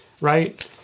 right